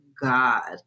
God